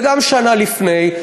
וגם שנה לפני.